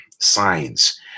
signs